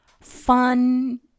fun